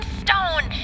stone